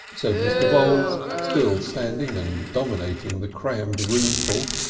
said mr. voules, still standing and dominating the crammed roomful,